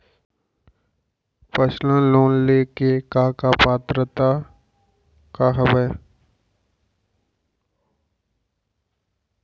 Personal loan ले के का का पात्रता का हवय?